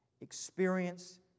Experience